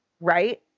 right